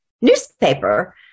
newspaper